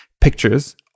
pictures